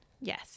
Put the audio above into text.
Yes